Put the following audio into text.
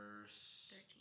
verse